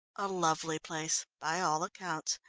a lovely place by all accounts,